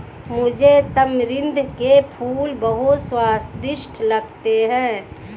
मुझे तमरिंद के फल बहुत स्वादिष्ट लगते हैं